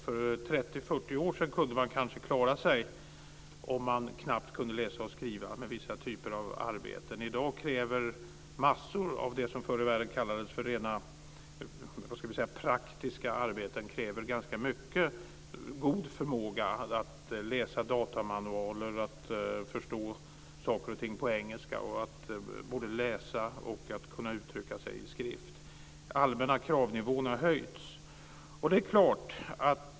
För 30-40 år sedan kunde man kanske klara sig utan att knappt kunna läsa och skriva i vissa typer av arbete. I dag krävs det massor för det som förr i världen kallades för praktiska arbeten. Det krävs god förmåga att läsa datamanualer, att förstå saker och ting på engelska och att kunna både läsa och uttrycka sig i skrift. Den allmänna kravnivån har höjts.